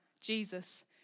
Jesus